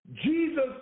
Jesus